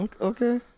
Okay